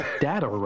data